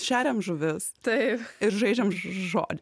šeriam žuvis taip ir žaidžiam žodį